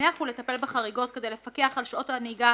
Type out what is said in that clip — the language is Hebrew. לפענח ולטפל בחריגות כדי לפקח על שעות הנהיגה